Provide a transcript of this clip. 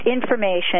information